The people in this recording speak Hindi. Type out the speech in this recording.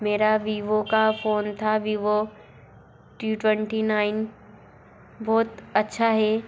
मेरा वीवो का फ़ोन था वीवो टी ट्वेंटी नाइन बहुत अच्छा है